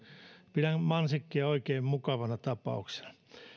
pidän mansikkia oikein mukavana tapauksena